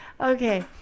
Okay